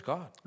God